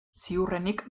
ziurrenik